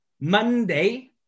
Monday